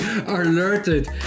alerted